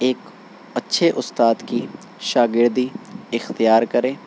ایک اچھے استاد کی شاگردی اختیار کرے